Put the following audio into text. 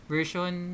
Version